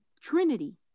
trinity